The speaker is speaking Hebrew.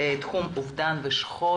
תחום אובדן ושכול